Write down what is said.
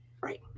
Right